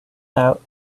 out